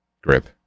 Grip